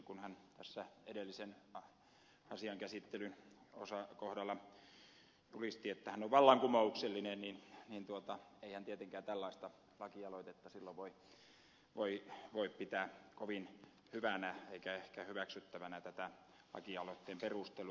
kun hän tässä edellisen asian käsittelyn kohdalla julisti että hän on vallankumouksellinen niin ei hän tietenkään tällaista lakialoitetta silloin voi pitää kovin hyvänä eikä ehkä hyväksyttävänä tätä lakialoitteen perustelua